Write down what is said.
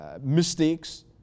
mistakes